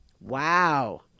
Wow